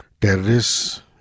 terrorists